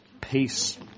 peace